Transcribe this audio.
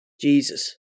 Jesus